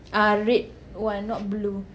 uh red one not blue